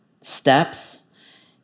steps